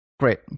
Great